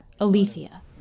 Alethea